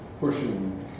pushing